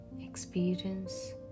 experience